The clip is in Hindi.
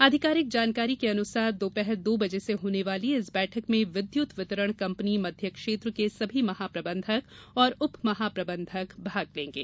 आधिकारिक जानकारी के अनुसार दोपहर दो बजे से होने वाली इस बैठक में विद्यत वितरण कंपनी मध्य क्षेत्र के सभी महाप्रबंधक और उपमहाप्रबंधक भाग लेंगे